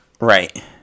Right